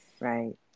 right